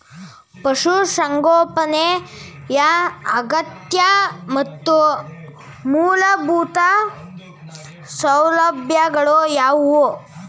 ಪಶುಸಂಗೋಪನೆಯ ಅಗತ್ಯ ಮತ್ತು ಮೂಲಭೂತ ಸೌಲಭ್ಯಗಳು ಯಾವುವು?